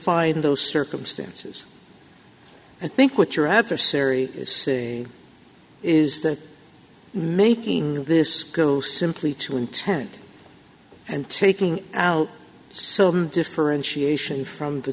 y those circumstances i think what your adversary is is that making this go simply to intent and taking out so differentiation from the